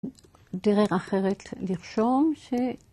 דרך אחרת לרשום שהיא.